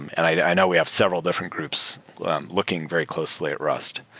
and i know we have several different groups looking very closely at rust.